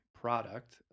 product